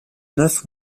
neuf